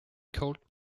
cold